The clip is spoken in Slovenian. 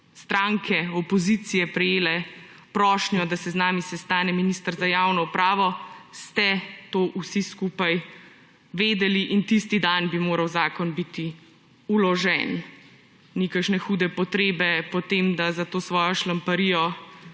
stranke opozicije prejele prošnjo, da se z nami sestane minister za javno upravo, ste to vsi skupaj vedeli in tisti dan bi moral zakon biti vložen. Ni kakšne hude potrebe po tem, da za to svojo šlamparijo